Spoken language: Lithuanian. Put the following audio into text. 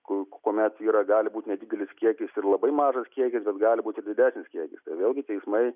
kur kuomet yra gali būt nedidelis kiekis ir labai mažas kiekio bet gali būt ir didesnis kiekis vėlgi teismai